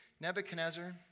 Nebuchadnezzar